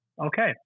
Okay